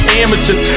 amateurs